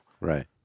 Right